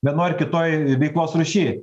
vienoj ar kitoj veiklos rūšy